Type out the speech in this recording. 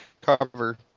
cover